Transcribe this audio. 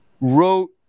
wrote